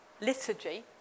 liturgy